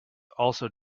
also